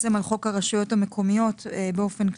על חוק הרשויות המקומיות באופן כללי,